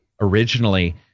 originally